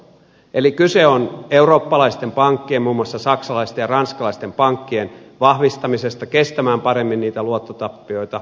eli kyse on eurooppalaisten pankkien muun muassa saksalaisten ja ranskalaisten pankkien vahvistamisesta kestämään paremmin niitä luottotappioita